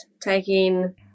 taking